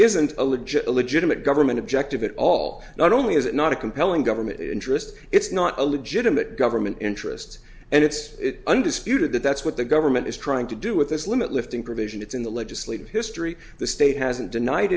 legit legitimate government objective at all not only is it not a compelling government interest it's not a legitimate government interest and it's undisputed that that's what the government is trying to do with this limit lifting provision it's in the legislative history the state hasn't denied